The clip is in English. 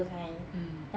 mm